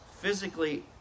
physically